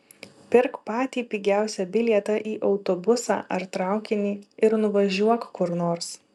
pirk patį pigiausią bilietą į autobusą ar traukinį ir nuvažiuok kur nors